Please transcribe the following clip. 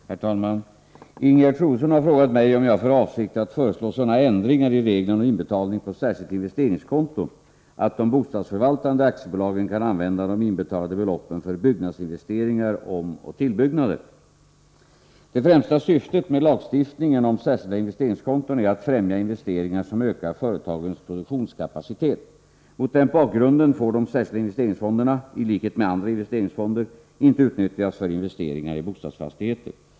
Herr talman! Ingegerd Troedsson har frågat mig om jag har för avsikt att föreslå sådana ändringar i reglerna om inbetalning på särskilt investeringskonto att de bostadsförvaltande aktiebolagen kan använda de inbetalade beloppen för byggnadsinvesteringar samt omoch tillbyggnader. Det främsta syftet med lagstiftningen om särskilda investeringskonton är att främja investeringar som ökar företagens produktionskapacitet. Mot denna bakgrund får de särskilda investeringsfonderna — i likhet med andra investeringsfonder — inte utnyttjas för investeringar i bostadsfastigheter.